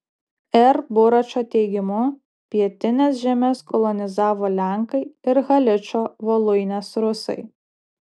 r buračo teigimu pietines žemes kolonizavo lenkai ir haličo voluinės rusai